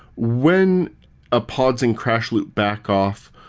when a pods in crash loop back off,